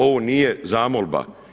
Ovo nije zamolba.